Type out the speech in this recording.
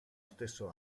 stesso